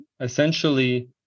Essentially